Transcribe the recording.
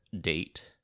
date